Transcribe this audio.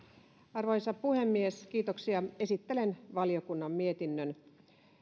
arvoisa puhemies esittelen valiokunnan mietinnön